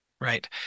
Right